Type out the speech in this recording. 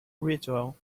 ritual